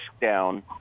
down